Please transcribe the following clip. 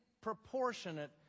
proportionate